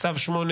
תומכי טרור.